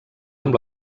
amb